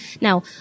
Now